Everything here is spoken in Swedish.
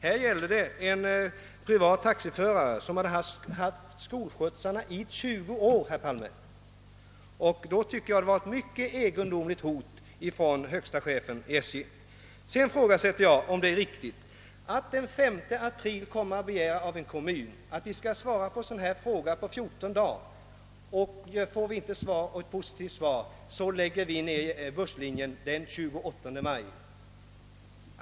Här gällde det dock en privat taxiförare, som haft hand om skolskjutsarna i 20 år, herr Palme, och då tycker jag att detta hot från SJ:s högste chef är mycket egendomligt. Vidare ifrågasätter jag om det är riktigt att den 5 april begära av en kommun att svara på en fråga av detta slag inom 14 dagar och att hotfullt tillägga att får vi inte ett positivt svar, så lägger vi ned busslinjen den 28 maj.